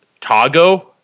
Tago